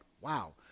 wow